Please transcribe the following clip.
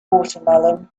watermelon